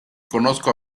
conozco